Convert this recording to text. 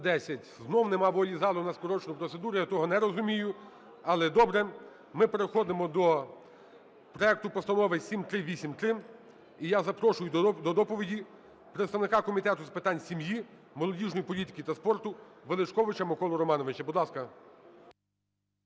Знову нема волі залу на скорочену процедуру, я того не розумію. Але, добре, ми переходимо до проекту постанови 7383. І я запрошую до доповіді представника Комітету з питань сім'ї, молодіжної політики та спорту Величковича Миколу Романовича. Будь ласка.